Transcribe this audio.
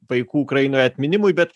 vaikų ukrainoje atminimui bet